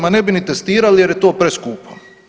Ma ne bi ni testirali, jer je to preskupo.